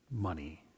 money